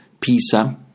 Pisa